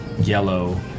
yellow